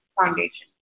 foundation